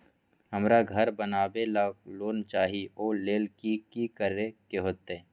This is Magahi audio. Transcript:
हमरा घर बनाबे ला लोन चाहि ओ लेल की की करे के होतई?